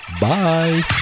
Bye